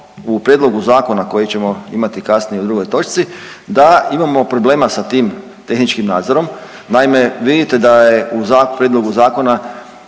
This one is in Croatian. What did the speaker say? u prijedlogu zakona koji ćemo imati kasnije u drugoj točci da imamo problema sa tim tehničkim nadzorom. Naime, vidite da je u prijedlogu zakona